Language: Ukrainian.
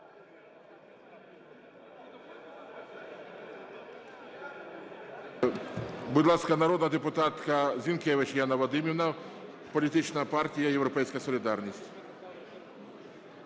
Будь ласка, народна депутатка Зінкевич Яна Вадимівна, політична партія "Європейська солідарність".